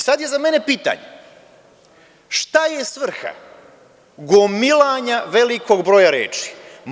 Sad je za mene pitanje – šta je svrha gomilanja velikog broja reči?